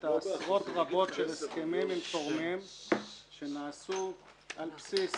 לאוניברסיטה עשרות רבות של הסכמים עם תורמים שנעשו על בסיס